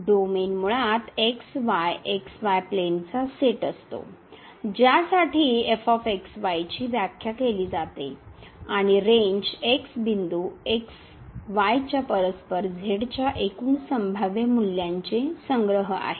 domain मुळात x y x y प्लेनचा set असतो ज्यासाठी ची व्याख्या केली जाते आणि रेंज x बिंदू x y च्या परस्पर z च्या एकूण संभाव्य मूल्यांचे संग्रह आहे